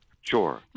Sure